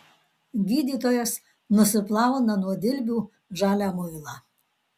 gydytojas nusiplauna nuo dilbių žalią muilą